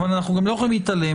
ואנחנו גם לא יכולים להתעלם.